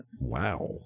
Wow